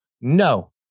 no